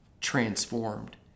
transformed